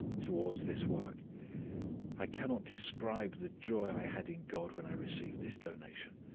towards this work i cannot describe the joy i had in god when i received this donation.